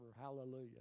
Hallelujah